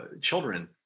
children